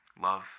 Love